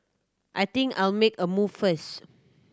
I think I'll make a move first